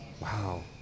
Wow